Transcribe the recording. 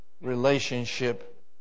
relationship